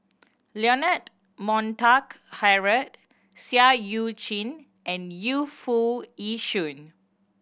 Leonard Montague Harrod Seah Eu Chin and Yu Foo Yee Shoon